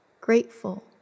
grateful